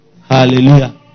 Hallelujah